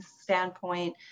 standpoint